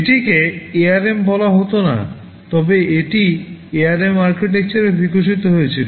এটিকে ARM বলা হত না তবে এটি আরএম আর্কিটেকচারে বিকশিত হয়েছিল